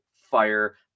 Fire